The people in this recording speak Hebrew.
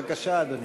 בבקשה, אדוני.